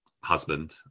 husband